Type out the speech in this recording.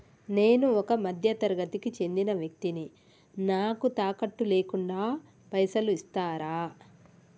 నేను ఒక మధ్య తరగతి కి చెందిన వ్యక్తిని నాకు తాకట్టు లేకుండా పైసలు ఇస్తరా?